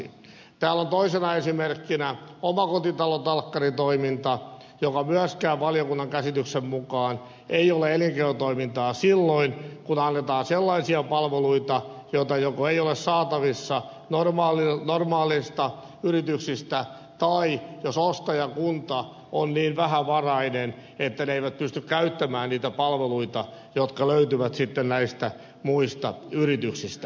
täällä on toisena esimerkkinä omakotitalotalkkaritoiminta joka myöskään valiokunnan käsityksen mukaan ei ole elinkeinotoimintaa silloin kun annetaan sellaisia palveluita joita joko ei ole saatavilla normaaleista yrityksistä tai jos ostajakunta on niin vähävarainen että se ei pysty käyttämään niitä palveluita jotka löytyvät sitten näistä muista yrityksistä